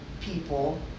people